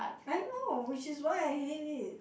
I know which is why I hate it